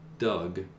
Doug